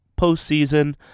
postseason